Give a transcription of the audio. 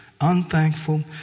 Unthankful